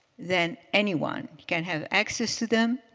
then anyone can have access to them,